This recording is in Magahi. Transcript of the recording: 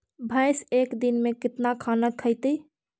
भैंस एक दिन में केतना खाना खैतई?